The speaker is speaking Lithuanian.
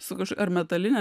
su ar metaline